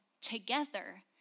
together